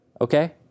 Okay